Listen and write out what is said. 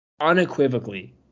unequivocally –